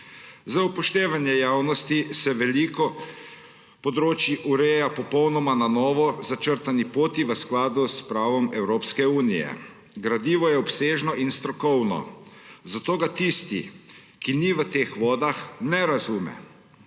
Za upoštevanje javnosti se veliko področij ureja popolnoma na novo po začrtani poti v skladu s pravom Evropske unije. Gradivo je obsežno in strokovno, zato ga tisti, ki ni v teh vodah, ne razume.